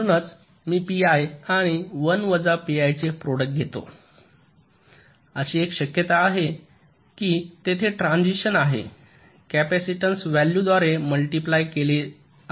म्हणूनच मी पीआय आणि 1 वजा पीआयचे प्रॉडक्ट घेतो अशी एक शक्यता आहे की तेथे ट्रान्सिशन आहे कॅपेसिटन्स व्हॅल्यू द्वारे मल्टिप्लाय केले आहे